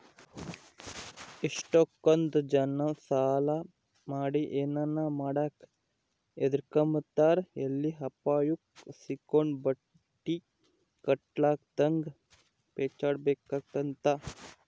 ಎಷ್ಟಕೊಂದ್ ಜನ ಸಾಲ ಮಾಡಿ ಏನನ ಮಾಡಾಕ ಹದಿರ್ಕೆಂಬ್ತಾರ ಎಲ್ಲಿ ಅಪಾಯುಕ್ ಸಿಕ್ಕಂಡು ಬಟ್ಟಿ ಕಟ್ಟಕಾಗುದಂಗ ಪೇಚಾಡ್ಬೇಕಾತ್ತಂತ